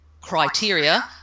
criteria